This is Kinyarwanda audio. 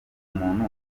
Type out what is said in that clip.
muntu